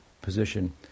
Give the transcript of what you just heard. position